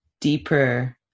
deeper